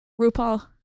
RuPaul